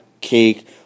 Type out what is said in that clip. cake